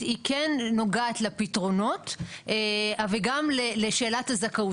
היא כן נוגעת לפתרונות, וגם לשאלת הזכאות.